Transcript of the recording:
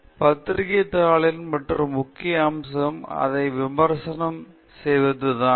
ஒரு பத்திரிக்கை தாளின் மற்ற முக்கிய அம்சம் அதை விமர்சனம் செய்வதுதான்